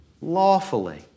lawfully